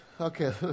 Okay